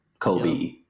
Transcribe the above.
Kobe